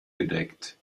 gedeckt